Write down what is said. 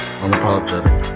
unapologetic